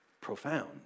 profound